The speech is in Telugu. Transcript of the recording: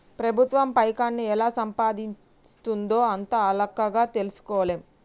ప్రభుత్వం పైకాన్ని ఎలా సంపాయిస్తుందో అంత అల్కగ తెల్సుకోలేం